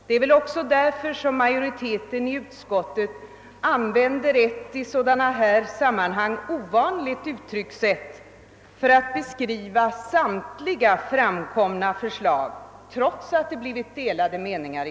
Det är väl också därför som utskottets majoritet har använt ett i sådana här sammanhang ovanligt uttryckssätt för att beskriva samtliga framlagda förslag, trots att meningarna varit delade i utskottet.